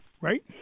Right